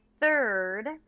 third